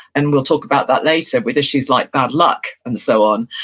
and we'll talk about that later with issues like bad luck, and so on.